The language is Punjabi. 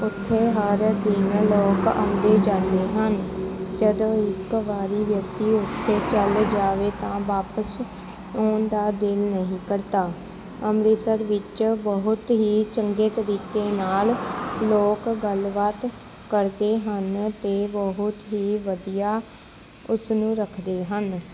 ਉੱਥੇ ਹਰ ਦਿਨ ਲੋਕ ਆਉਂਦੇ ਜਾਂਦੇ ਹਨ ਜਦੋਂ ਇੱਕ ਵਾਰੀ ਵਿਅਕਤੀ ਉੱਥੇ ਚਲ ਜਾਵੇ ਤਾਂ ਵਾਪਸ ਆਉਣ ਦਾ ਦਿਲ ਨਹੀਂ ਕਰਦਾ ਅੰਮ੍ਰਿਤਸਰ ਵਿੱਚ ਬਹੁਤ ਹੀ ਚੰਗੇ ਤਰੀਕੇ ਨਾਲ ਲੋਕ ਗੱਲਬਾਤ ਕਰਦੇ ਹਨ ਅਤੇ ਬਹੁਤ ਹੀ ਵਧੀਆ ਉਸਨੂੰ ਰੱਖਦੇ ਹਨ